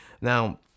now